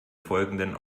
folgenden